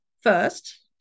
first